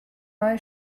neue